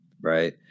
right